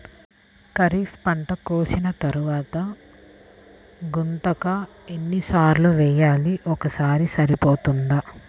ఖరీఫ్ పంట కోసిన తరువాత గుంతక ఎన్ని సార్లు వేయాలి? ఒక్కసారి సరిపోతుందా?